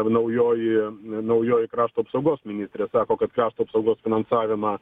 naujoji naujoji krašto apsaugos ministrė sako kad krašto apsaugos finansavimą